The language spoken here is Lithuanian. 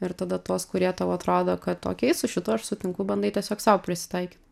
ir tada tuos kurie tau atrodo kad okei su šituo aš sutinku bandai tiesiog sau prisitaikyt